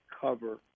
cover